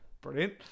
brilliant